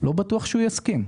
לא בטוח שהוא יסכים.